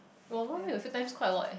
a few times quite a lot eh